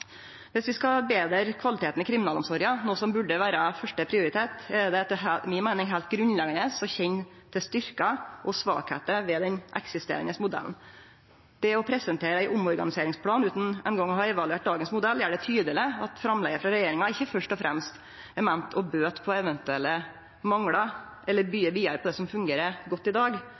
Viss vi skal betre kvaliteten i kriminalomsorga – noko som burde vere første prioritet – er det etter mi meining heilt grunnleggjande å kjenne til styrkar og svakheiter ved den eksisterande modellen. Det å presentere ein omorganiseringsplan utan ein gong å ha evaluert dagens modell gjer det tydeleg at framlegget frå regjeringa ikkje først og fremst er meint å bøte på eventuelle manglar eller byggje vidare på det som fungerer godt i dag.